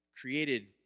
created